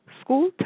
school